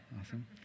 Awesome